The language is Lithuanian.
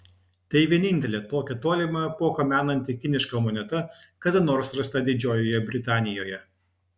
tai vienintelė tokią tolimą epochą menanti kiniška moneta kada nors rasta didžiojoje britanijoje